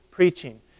Preaching